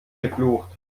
geflucht